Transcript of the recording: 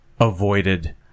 avoided